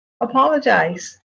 apologize